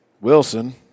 Wilson